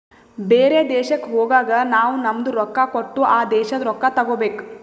ಬೇರೆ ದೇಶಕ್ ಹೋಗಗ್ ನಾವ್ ನಮ್ದು ರೊಕ್ಕಾ ಕೊಟ್ಟು ಆ ದೇಶಾದು ರೊಕ್ಕಾ ತಗೋಬೇಕ್